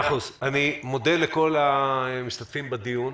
אני מודה לכל המשתתפים בדיון.